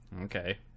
Okay